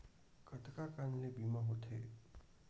कतका कन ले बीमा होथे?